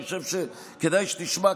אני חושב שכדאי שתשמע,